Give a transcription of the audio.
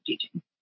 teaching